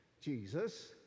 jesus